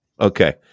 Okay